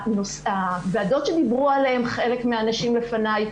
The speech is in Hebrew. הוועדות שדיברו עליהן חלק מהנשים לפניי